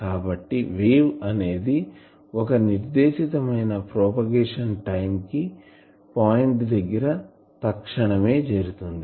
కాబట్టి వేవ్ అనేది ఒక నిర్దేశితమైన ప్రాపగేషన్ టైం కి పాయింట్ దగ్గరకి తక్షణమే చేరుతుంది